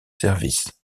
service